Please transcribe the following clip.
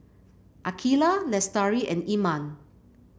Aqilah Lestari and Iman